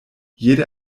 jede